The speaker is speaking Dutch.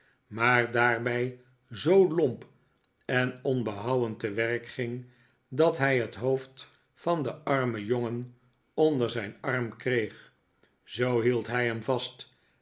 maar daarbij zoo lomp en onbehouwen te werk ging dat hij het hoofd van den armen jongen onder zijn arm kreeg zoo hield hij hem vast